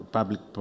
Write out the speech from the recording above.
public